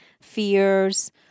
fears